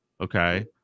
Okay